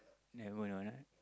never hold on ah